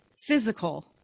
physical